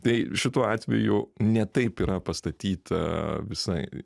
tai šituo atveju ne taip yra pastatyta visai